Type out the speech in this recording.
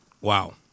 Wow